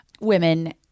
women